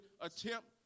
attempt